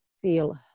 feel